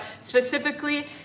specifically